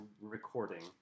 recording